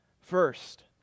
first